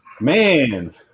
Man